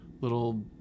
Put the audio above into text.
little